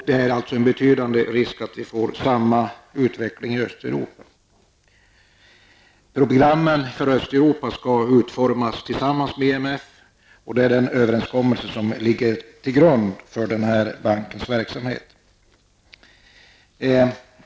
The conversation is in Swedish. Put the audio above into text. Risken är alltså betydande att man får samma utveckling i Programmen för Östeuropa skall utformas tillsammans med IMF enligt den överenskommelse som ligger till grund för bankens verksamhet.